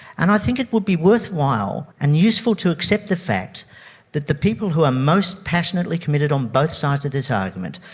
and i think it would be worthwhile and useful to accept the fact that the people who are most passionately committed on both sides of this argument,